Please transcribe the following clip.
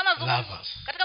lovers